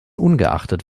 ungeachtet